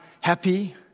happy